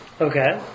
Okay